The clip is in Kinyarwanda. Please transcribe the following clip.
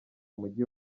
mujyi